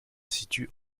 situe